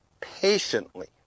Patiently